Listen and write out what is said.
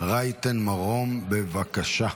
רייטן מרום, בבקשה.